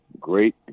great